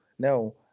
No